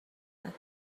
رود